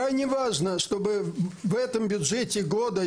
מאוד חשוב שבתקציב החדש יהיה סכום כסף מסוים